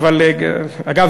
אגב,